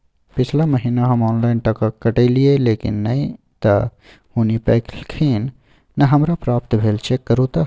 पिछला महीना हम ऑनलाइन टका कटैलिये लेकिन नय त हुनी पैलखिन न हमरा प्राप्त भेल, चेक करू त?